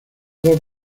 dos